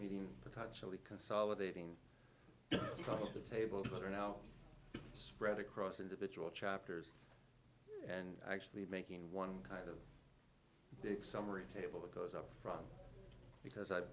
meeting potentially consolidating some of the tables that are now spread across individual chapters and actually making one kind of summary table that goes up from because i